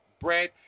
bread